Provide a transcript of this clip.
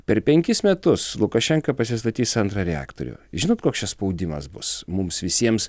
per penkis metus lukašenka pasistatys antrą reaktorių žinot koks čia spaudimas bus mums visiems